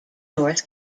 north